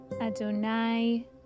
Adonai